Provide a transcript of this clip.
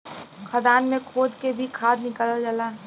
खदान से खोद के भी खाद निकालल जाला